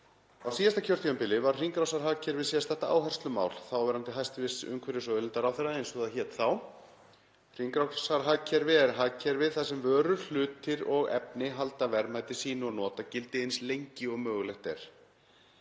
Á síðasta kjörtímabili var hringrásarhagkerfið sérstakt áherslumál þáverandi hæstv. umhverfis- og auðlindaráðherra eins og það hét þá. Hringrásarhagkerfi er hagkerfi þar sem vörur, hlutir og efni halda verðmæti sínu og notagildi eins lengi og mögulegt er.